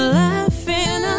laughing